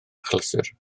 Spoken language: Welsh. achlysur